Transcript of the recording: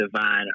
divine